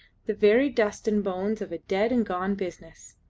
the very dust and bones of a dead and gone business.